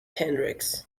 hendrix